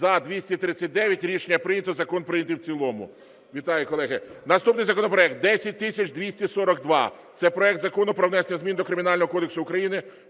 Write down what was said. За-239 Рішення прийнято. Закон прийнятий в цілому. Вітаю, колеги. Наступний законопроект 10242. Це проект Закону про внесення змін до Кримінального кодексу України